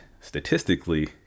statistically